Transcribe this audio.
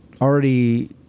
already